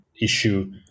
issue